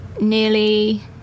nearly